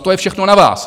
To je všechno na vás.